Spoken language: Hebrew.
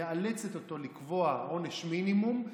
ומאלצת אותו לקבוע עונש מינימום,